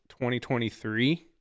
2023